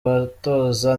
batoza